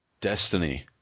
Destiny